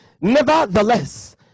nevertheless